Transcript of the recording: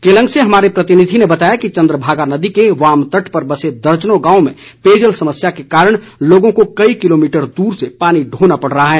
केलंग से हमारे प्रतिनिधि ने बताया कि चंद्रभागा नदी के वाम तट पर बसे दर्जनों गांवों में पेयजल समस्या के कारण लोगों को कई किलोमीटर दूर से पानी ढोना पड़ रहा है